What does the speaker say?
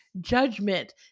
Judgment